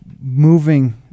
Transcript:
moving